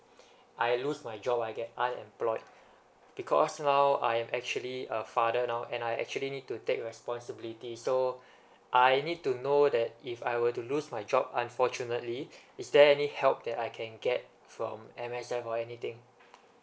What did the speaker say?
I lose my job I get unemployed because now I'm actually a father now and I actually need to take responsibility so I need to know that if I were to lose my job unfortunately is there any help that I can get from M_S_F or anything